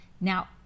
Now